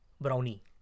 Brownie